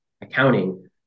accounting